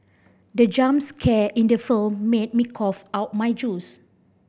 the jump scare in the film made me cough out my juice